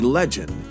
legend